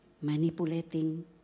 manipulating